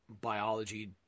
biology